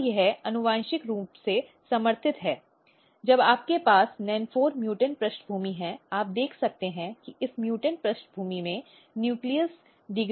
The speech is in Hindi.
और यह आनुवंशिक रूप से समर्थित है जब आपके पास nen4 म्यूटेंट पृष्ठभूमि है आप देख सकते हैं कि इस म्यूटेंट पृष्ठभूमि में नाभिक क्षरण दोषपूर्ण है